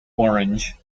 orange